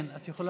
כן, את יכולה.